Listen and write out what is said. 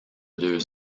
deux